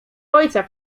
ojca